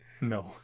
No